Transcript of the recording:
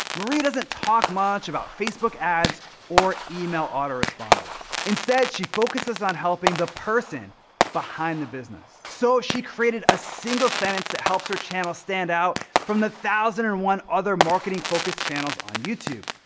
marie doesn't talk much about facebook ads or email auto-responders. instead, she focuses on helping the person behind the business. so she created a single sentence that helps her channel stand out from the thousand and one other marketing focus channels on youtube.